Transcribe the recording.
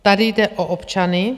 Tady jde o občany.